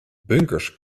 bunkers